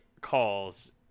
calls